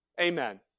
Amen